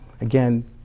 Again